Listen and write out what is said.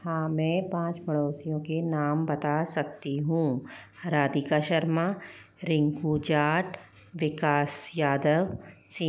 हाँ मैं पांच पड़ोसियों के नाम बता सकती हूँ राधिका शर्मा रिंकू जाट विकास यादव सीमा साहू निशा शर्मा